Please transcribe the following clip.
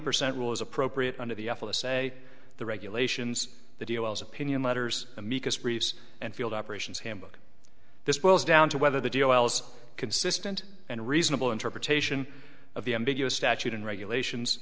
percent rule is appropriate under the f s a the regulations the deals opinion letters amicus briefs and field operations handbook this boils down to whether the deal's consistent and reasonable interpretation of the ambiguous statute and regulations